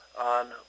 on